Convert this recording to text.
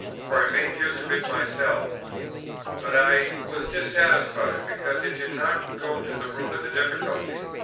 for i made use of it myself but i was dissatisfied, because it did not go to the root of the difficulty.